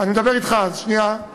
אני מדבר אתך, אז שנייה.